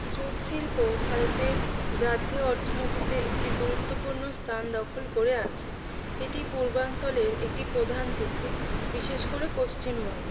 jute শিল্প ভারতের জাতীয় অর্থনীতিতে একটি গুরুত্বপূর্ণ স্থান দখল করে আছে এটি পূর্বাঞ্চলের একটি প্রধান শিল্প বিশেষ করে পশ্চিমবঙ্গের